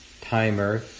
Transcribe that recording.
timer